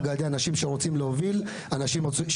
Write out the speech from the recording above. על ידי אנשים שרוצים להוביל ולעבוד.